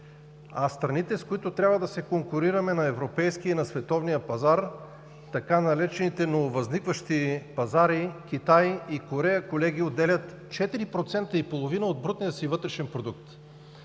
Страните, с които трябва да се конкурираме на европейския и световен пазар, така наречените „нововъзникващи пазари“ – Китай и Корея, отделят 4,5% от брутния си вътрешен продукт.